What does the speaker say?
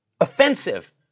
offensive